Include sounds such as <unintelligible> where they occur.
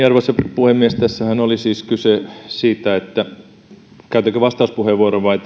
<unintelligible> arvoisa puhemies tässähän oli siis kyse siitä käytänkö vastauspuheenvuoron vai <unintelligible>